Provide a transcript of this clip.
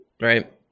Right